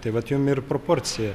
tai vat jum ir proporcija